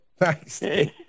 Thanks